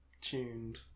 tuned